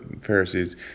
Pharisees